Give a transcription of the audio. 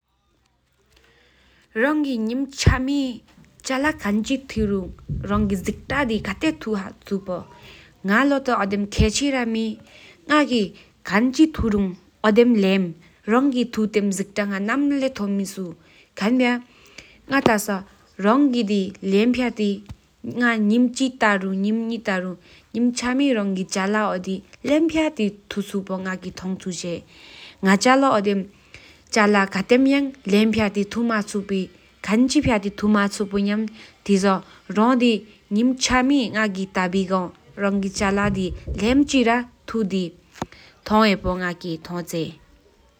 རང་གིས་ངེམ་ཆ་མི་ཆ་ལ་བཀྲ་ཤིས་བཅད་རགི་གདེ་རི་རགི་ཁ་ཏེའུ་ཐུདོ་ང་ལོ་ཐོ་ཨོ་སེམ་ཁེ་ཆི་ར་མེ་ང་གིས་ཐོ་གང་ཆི་ར་ཐུར་ཡོདེམ་ལེམ་རང་གི། ཐུ་ཐུམ་བཀྲ་ཤིས་རང་སློབ་དེ་མ་མེ་བོང་ཁང་འབྱག་སེ་ན་རང་གི་དི་ང་གིས་ཏག་ས་མིམ་ཕྱི་ཐཱ་ར། མིམ་ཆ་མི་རང་གིས་ཆ་ལ་ལེམ་ཐུ་སུ་བོ་ཐོོས་བཙོད་ནས་ངར་མ་ཆ་ལ་ལེམ་ཕུ་ཨ་ཏེ་ཐུ་ར་མ་སུ་བཔ། རང་གིས་ཀླུ་ཐུ།་མིམ་ཆ་མི་ཐུ་བོ་དང་ང་གིས་ཀང་ཆེ།